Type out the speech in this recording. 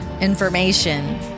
information